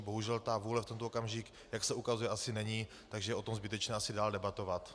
Bohužel vůle v tento okamžik, jak se ukazuje, asi není, takže je o tom zbytečné asi dál debatovat.